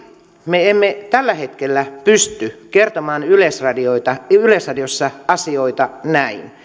me emme tällä hetkellä pysty kertomaan yleisradiossa asioita näin